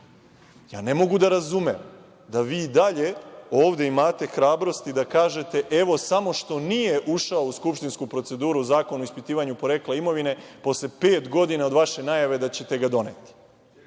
mogu da razumem da vi i dalje ovde imate hrabrosti da kažete – evo, samo što nije ušao u skupštinsku proceduru Zakon o ispitivanju porekla imovine, posle pet godina od vaše najave da ćete ga doneti.